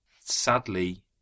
Sadly